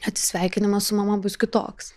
atsisveikinimas su mama bus kitoks